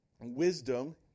Wisdom